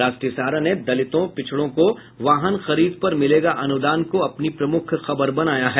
राष्ट्रीय सहारा ने दलितों पिछड़ों को वाहन खरीद पर मिलेगा अनुदान को अपनी प्रमुख बनाया है